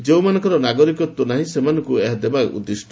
ଯେଉଁମାନଙ୍କର ନାଗରିକତ୍ୱ ନାହିଁ ସେମାନଙ୍କୁ ଏହା ଦେବାକୁ ଉଦ୍ଦିଷ୍ଟ